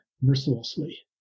mercilessly